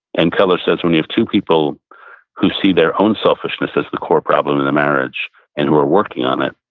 and keller says, when you have two people who see their own selfishness as the core problem in the marriage and who are working on it,